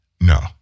No